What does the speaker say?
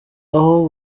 aho